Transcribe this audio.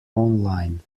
online